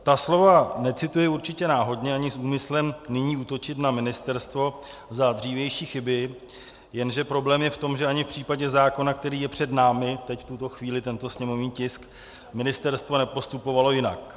Ta slova necituji určitě náhodně, ani není úmyslem útočit nyní na ministerstvo za dřívější chyby, jenže problém je v tom, že ani v případě zákona, který je před námi teď, v tuto chvíli, tento sněmovní tisk, ministerstvo nepostupovalo jinak.